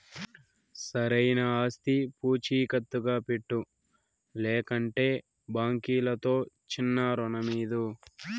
సరైన ఆస్తి పూచీకత్తుగా పెట్టు, లేకంటే బాంకీలుతో చిన్నా రుణమీదు